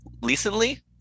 recently